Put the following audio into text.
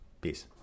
Peace